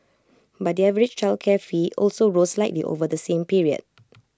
but the average childcare fee also rose slightly over the same period